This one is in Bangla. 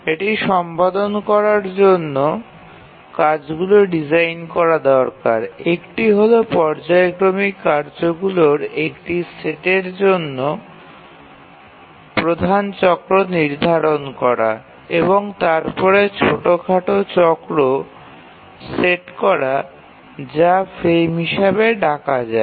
এটি সম্পাদন করার জন্য কাজগুলি ডিজাইন করা দরকার একটি হল পর্যায়ক্রমিক কার্যগুলির একটি সেটের জন্য প্রধান চক্র নির্ধারণ করা এবং তারপরে ছোটখাট চক্র সেট করা যা ফ্রেম হিসাবে ব্যবহার করা হয়